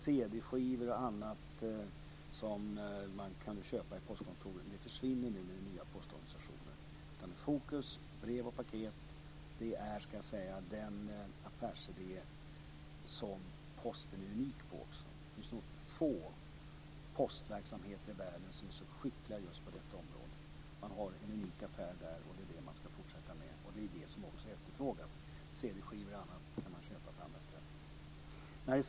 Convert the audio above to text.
Cd-skivor och annat som man kunde köpa på postkontoren försvinner med den nya postorganisationen. Brev och paket är i fokus, och det är den affärsidé som Posten är unik på. Det är nog få postverksamheter i världen som är så skickliga just på detta område. De har en unik affär där, och det är det som de ska fortsätta med. Det är också det som efterfrågas. Cd-skivor och annat kan man köpa på andra ställen.